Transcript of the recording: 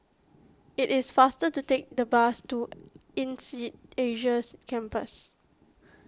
it is faster to take the bus to Insead Asia's Campus